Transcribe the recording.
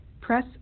press